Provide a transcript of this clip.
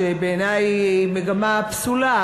שבעיני היא מגמה פסולה,